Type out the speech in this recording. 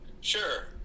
Sure